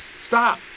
Stop